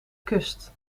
kust